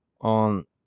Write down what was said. on